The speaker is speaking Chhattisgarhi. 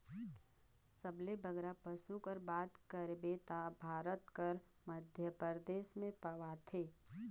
सबले बगरा पसु कर बात करबे ता भारत कर मध्यपरदेस में पवाथें